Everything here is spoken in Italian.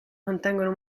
contengono